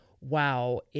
wow